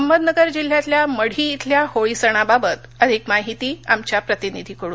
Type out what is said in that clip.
अहमदनगर जिल्ह्यातल्यामढी धिल्या होळी सणाबाबत अधिक माहिती आमच्या प्रतिनिधीकडून